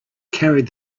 carried